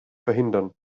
verhindern